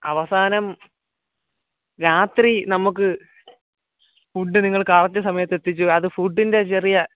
അവസാനം രാത്രി നമുക്ക് ഫുഡ് നിങ്ങൾ കറക്റ്റ് സമയത്ത് എത്തിച്ചു അത് ഫുഡ്ഡിന്റെ ചെറിയ